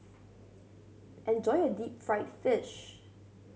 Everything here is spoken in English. enjoy your deep fried fish